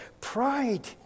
pride